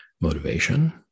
motivation